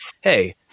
hey